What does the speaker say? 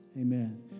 amen